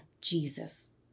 Jesus